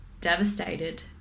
devastated